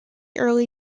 early